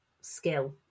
skill